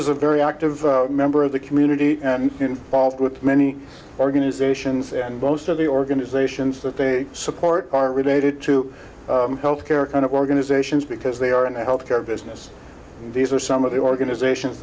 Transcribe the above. is a very active member of the community and involved with many organizations and most of the organizations that they support are related to health care kind of organizations because they are in the health care business and these are some of the organizations